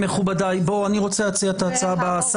מכובדיי, בואו, אני רוצה להציע את ההצעה הבאה.